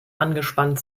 angespannt